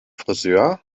frisör